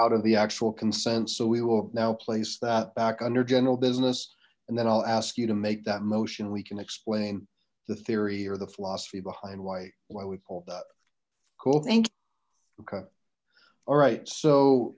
out of the actual consent so we will now place that back under general business and then i'll ask you to make that motion we can explain the theory or the philosophy behind white why we pulled that cool thank okay all right so